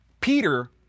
Peter